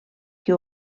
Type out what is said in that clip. que